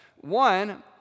One